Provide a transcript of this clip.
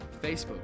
Facebook